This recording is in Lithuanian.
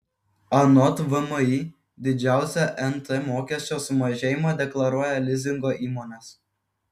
anot vmi didžiausią nt mokesčio sumažėjimą deklaruoja lizingo įmonės